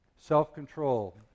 Self-control